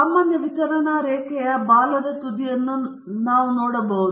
ಸಾಮಾನ್ಯ ವಿತರಣಾ ರೇಖೆಯ ಬಾಲದ ತುದಿಯನ್ನು ನಾವು ಮಾತಾಡುತ್ತಿದ್ದೇವೆ